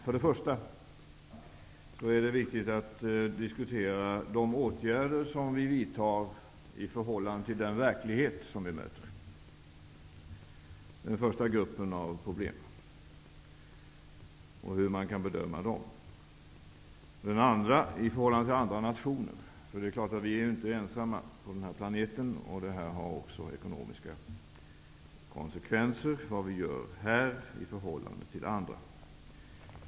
För det första är det viktigt att diskutera de åtgärder som vi vidtar i förhållande till den verklighet som vi möter. Det är den första gruppen av problem. För det andra gäller det vårt agerande i förhållande till andra nationer. Vi är inte ensamma på den här planeten. Vad vi gör i Sverige har ekonomiska konsekvenser på vårt förhållande till andra länder.